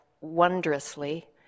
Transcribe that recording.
wondrously